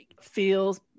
feels